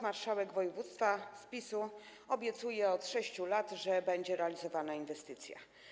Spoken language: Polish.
Marszałek województwa z PiS-u obiecuje od 6 lat, że będzie realizowana inwestycja.